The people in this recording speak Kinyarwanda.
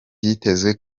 vyitezwe